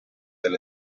del